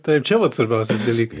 taip čia vat svarbiausias dalykas